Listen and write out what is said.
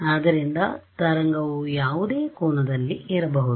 ಆದ್ದರಿಂದ ತರಂಗವು ಯಾವುದೇ ಕೋನದಲ್ಲಿ ಬರಬಹುದು